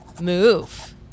move